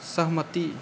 सहमति